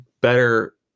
better